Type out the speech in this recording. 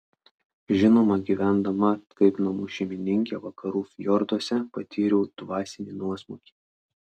žinoma gyvendama kaip namų šeimininkė vakarų fjorduose patyriau dvasinį nuosmukį